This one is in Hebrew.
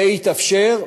זה יתאפשר,